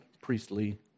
priestly